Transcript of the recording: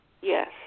Yes